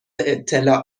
اطلاع